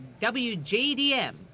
WJDM